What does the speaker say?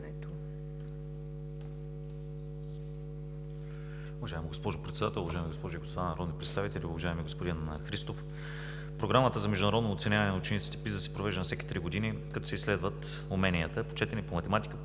Уважаема госпожо Председател, уважаеми госпожи и господа народни представители, уважаеми господин Христов! Програмата за международно оценяване на учениците PISA се провежда на всеки три години, като се изследват уменията по четене, математика,